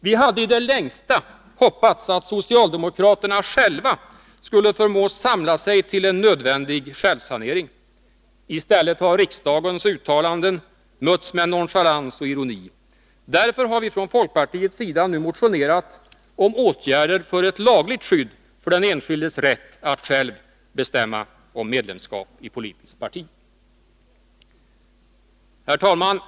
Vi hade i det längsta hoppats att socialdemokraterna själva skulle förmås samla sig till en nödvändig självsanering. I stället har riksdagens uttalanden mötts med nonchalans och ironi. Därför har vi från folkpartiet motionerat om åtgärder för ett lagligt skydd för den enskildes rätt att själv bestämma om medlemskap i politiskt parti. Herr talman!